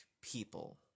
people